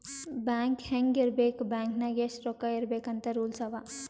bank ಹ್ಯಾಂಗ್ ಇರ್ಬೇಕ್ bank ನಾಗ್ ಎಷ್ಟ ರೊಕ್ಕಾ ಇರ್ಬೇಕ್ ಅಂತ್ ರೂಲ್ಸ್ ಅವಾ